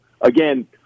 again